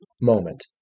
moment